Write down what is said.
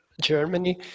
germany